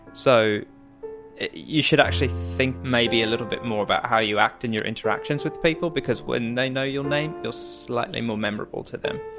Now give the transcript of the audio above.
so you should actually think about maybe a little bit more about how you act in your interactions with people, because when they know your name, you're slightly more memorable to them.